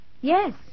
Yes